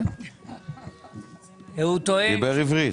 דיבר עברית.